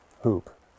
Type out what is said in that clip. hoop